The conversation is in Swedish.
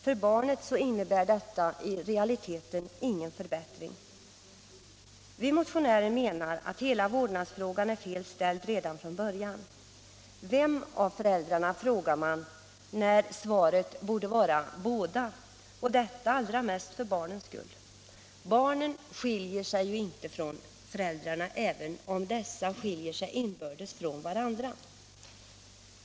För barnet innebär detta i realiteten ingen förbättring.” Vi motionärer menar att hela vårdnadsfrågan är fel ställd redan från början. Vem av föräldrarna? frågar man när svaret borde vara: Båda — detta allra mest för barnens skull. Barnen skiljer sig ju inte från föräldrarna, även om dessa skiljer sig från varandra.